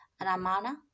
ramana